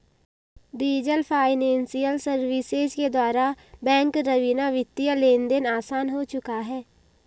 diesel financial services के द्वारा bank रवीना वित्तीय लेनदेन आसान हो चुका है